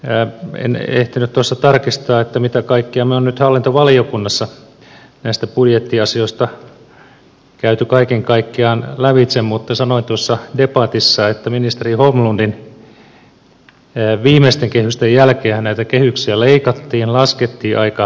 en ehtinyt tuossa tarkistaa mitä kaikkea me olemme nyt hallintovaliokunnassa näistä budjettiasioista käyneet kaiken kaikkiaan lävitse mutta sanoin tuossa debatissa että ministeri holmlundin viimeisten kehysten jälkeenhän näitä kehyksiä leikattiin laskettiin aika tavalla